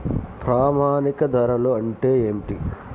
ప్రామాణిక ధరలు అంటే ఏమిటీ?